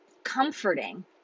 Comforting